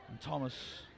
Thomas